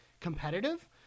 competitive